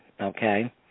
Okay